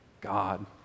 God